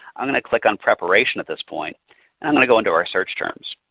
i'm going to click on preparation at this point and i'm to go under our search terms.